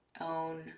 own